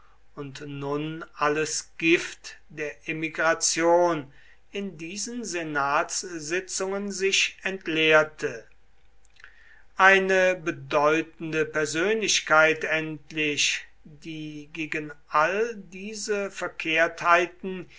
und nun alles gift der emigration in diesen senatssitzungen sich entleerte eine bedeutende persönlichkeit endlich die gegen all diese